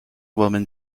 woman